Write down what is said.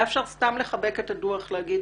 היה אפשר סתם לחבק את הדוח ולהגיד